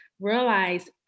realize